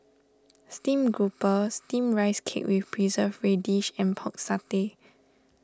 Steamed Grouper Steamed Rice Cake with Preserved Radish and Pork Satay